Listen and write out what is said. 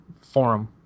forum